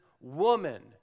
woman